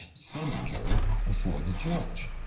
summoned her before the judge.